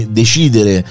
decidere